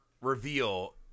reveal